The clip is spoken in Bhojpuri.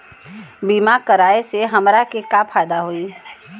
बीमा कराए से हमरा के का फायदा होई?